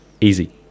easy